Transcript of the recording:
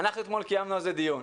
אנחנו אתמול קיימנו על זה דיון.